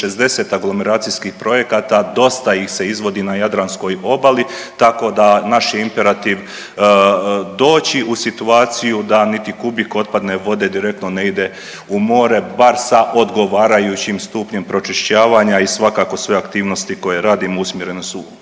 60 aglomeracijskih projekata dosta ih se izvodi na Jadranskoj obali, tako da naš je imperativ doći u situaciju da niti kubik otpadne vode direktno ne ide u more, bar sa odgovarajućim stupnjem pročišćavanja i svakako sve aktivnosti koje radimo usmjerene su